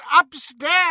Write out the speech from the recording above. upstairs